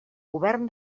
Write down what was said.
govern